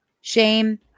Shame